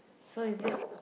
so is it